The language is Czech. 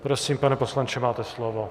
Prosím, pane poslanče, máte slovo.